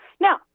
Now